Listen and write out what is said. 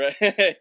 Right